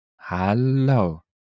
Hello